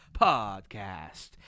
Podcast